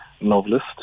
novelist